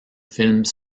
films